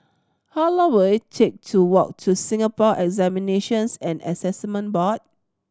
how long will it take to walk to Singapore Examinations and Assessment Board